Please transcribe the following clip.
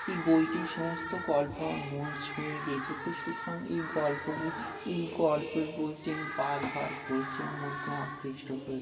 এই বইটি সমস্ত গল্প আমার মন ছুঁয়ে গিয়েছে তো সুতরাং এই গল্পগ এই গল্পের বইটি আমি বারবারা পড়েছি আমার মনকে আকৃষ্ট করেছি